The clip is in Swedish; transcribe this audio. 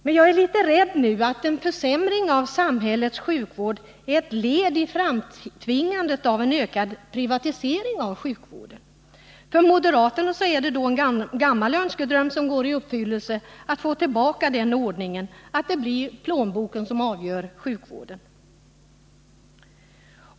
Men jag är litet rädd nu att en försämring av samhällets sjukvård är ett led i framtvingandet av en ökad privatisering av sjukvården. För moderaterna skulle det innebära att en gammal önskedröm går i uppfyllelse, att få tillbaka den ordningen att det är plånboken som avgör sjukvården.